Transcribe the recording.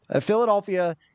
Philadelphia